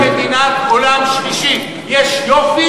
מרכז ירושלים נראה כמו מדינת עולם שלישי: יש יופי,